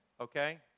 okay